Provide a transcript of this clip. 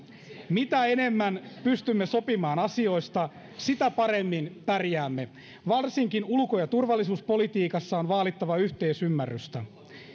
mitä enemmän pystymme sopimaan asioista sitä paremmin pärjäämme varsinkin ulko ja turvallisuuspolitiikassa on vaalittava yhteisymmärrystä